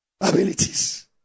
abilities